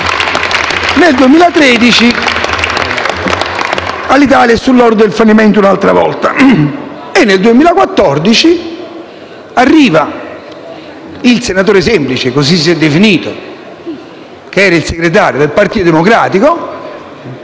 Nel 2013 Alitalia è sull'orlo del fallimento, un'altra volta. Nel 2014 arriva il senatore semplice (così si è definito), il segretario del Partito Democratico,